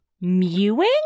mewing